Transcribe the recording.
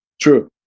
true